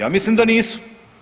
Ja mislim da nisu.